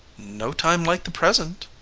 no time like the present,